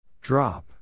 Drop